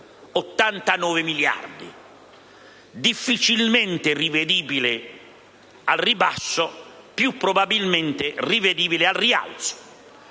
89 miliardi, difficilmente rivedibile al ribasso, più probabilmente rivedibile al rialzo.